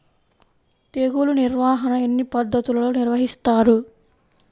తెగులు నిర్వాహణ ఎన్ని పద్ధతులలో నిర్వహిస్తారు?